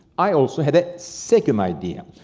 i also had a second idea.